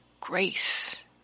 grace